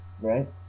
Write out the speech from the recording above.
Right